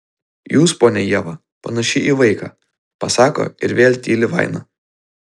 jūs ponia ieva panaši į vaiką pasako ir vėl tyli vaina